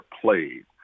played